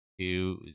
Two